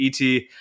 ET